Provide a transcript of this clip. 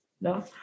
no